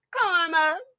karma